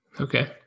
okay